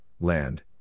land